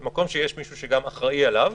זה מקום שיש מישהו שגם אחראי עליו.